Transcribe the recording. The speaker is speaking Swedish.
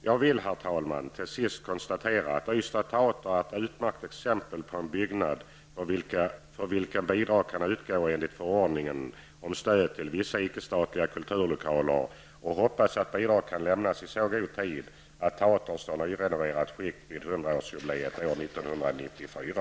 Till sist vill jag, fru talman, konstatera att Ystads Teater är ett utmärkt exempel på en byggnad för vilken bidrag kan utgå enligt förordningen om stöd till vissa icke-statliga kulturlokaler, och jag hoppas att bidrag kan lämnas i så god tid, att teatern står i nyrenoverat skick vid 100-årsjubileet år 1994.